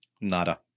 Nada